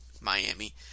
Miami